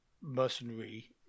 mercenary